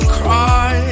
cry